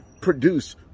produce